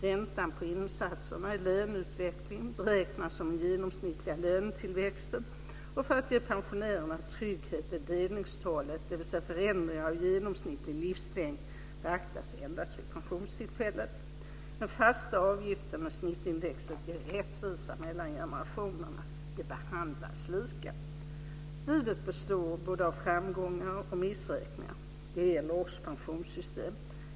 Räntan på insatserna är löneutvecklingen, beräknad som den genomsnittliga lönetillväxten, och för att ge pensionärerna trygghet beaktas delningstalet, dvs. förändringar av genomsnittlig livslängd, endast vid pensionstillfället. Den fasta avgiften och snittindex ger rättvisa mellan generationerna. De behandlas lika. Livet består både av framgångar och missräkningar. Det gäller också pensionssystem.